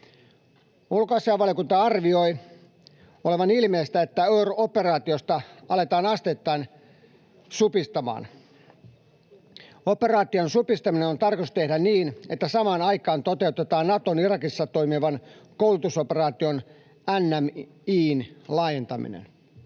Ulkoasiainvaliokunta arvioi olevan ilmeistä, että OIR-operaatiota aletaan asteittain supistamaan. Operaation supistaminen on tarkoitus tehdä niin, että samaan aikaan toteutetaan Naton Irakissa toimivan koulutusoperaation, NMI:n, laajentaminen.